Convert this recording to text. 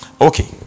Okay